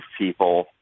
people